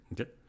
Okay